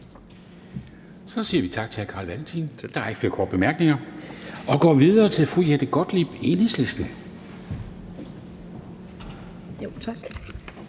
Så siger vi tak til hr. Carl Valentin, da der ikke er flere korte bemærkninger. Og vi går videre til fru Jette Gottlieb, Enhedslisten. Kl.